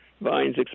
Vine's